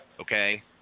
Okay